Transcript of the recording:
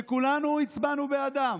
שכולנו הצבענו בעדם,